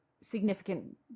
significant